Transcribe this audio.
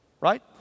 right